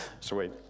Sweet